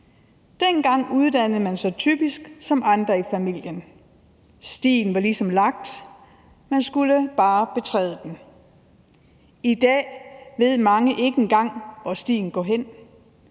Dengang uddannede man sig typisk som andre i familien. Stien var ligesom lagt; man skulle bare betræde den. I dag ved mange ikke engang, hvor stien går hen.